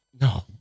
No